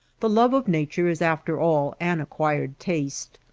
the love of nature is after all an acquired taste.